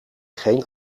geen